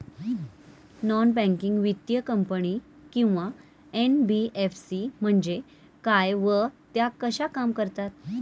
Non banking वित्तीय company किंवा NBFC म्हणजे काय व त्या कशा काम करतात?